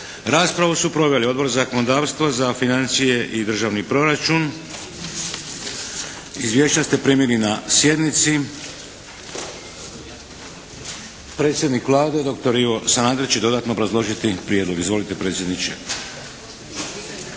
Raspravu su proveli Odbor za zakonodavstvo, za financije i državni proračun. Izvješća ste primili na sjednici. Predsjednik Vlade dr. Ivo Sanader će dodatno obrazložiti Prijedlog. Izvolite predsjedniče.